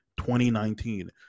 2019